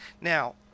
Now